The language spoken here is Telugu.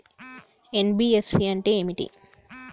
ఎన్.బి.ఎఫ్.సి అంటే ఏమిటి?